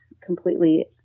completely